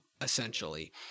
essentially